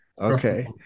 Okay